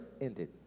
ended